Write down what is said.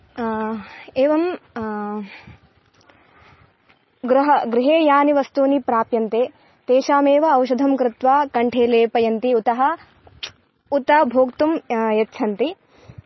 एवं गृह गृहे यानि वस्तूनि प्राप्यन्ते तेषाम् एव औषधं कृत्वा कण्ठे लेपयन्ति उतः उत भोक्तुं यच्छन्ति